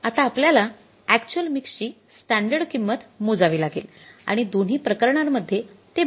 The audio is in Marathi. आता आपल्याला अॅक्च्युअल मिक्स ची स्टँडर्ड किंमत मोजावी लागेल आणि दोन्ही प्रकरणांमध्ये ते भिन्न आहे